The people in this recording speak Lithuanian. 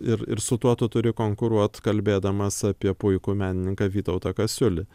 ir ir su tuo tu turi konkuruot kalbėdamas apie puikų menininką vytautą kasiulį